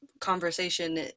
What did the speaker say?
conversation